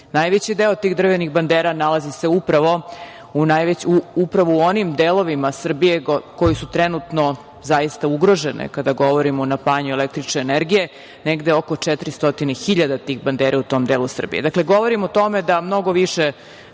Najveći deo tih drvenih bandera nalazi se upravo u onim delovima Srbije koji su trenutno ugroženi kada govorimo o napajanju električne energije, negde oko 400 hiljada je tih